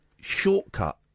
shortcut